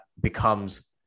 becomes